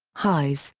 highs,